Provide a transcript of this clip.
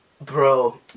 Bro